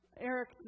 Eric